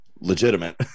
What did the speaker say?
legitimate